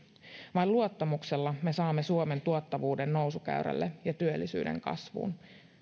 vain luottamuksella me saamme suomen tuottavuuden nousukäyrälle ja työllisyyden kasvuun